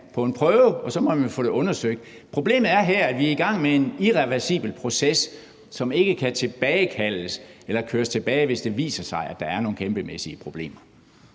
på en prøve, og så må man få det undersøgt. Problemet er her, at vi er i gang med en irreversibel proces, som ikke kan tilbagekaldes eller køres tilbage, hvis det viser sig, at der er nogle kæmpemæssige problemer.